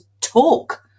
talk